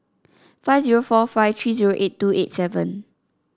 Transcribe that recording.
five zero four five three zero eight two eight seven